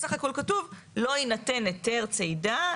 בסך הכל כתוב "לא יינתן היתר צידה,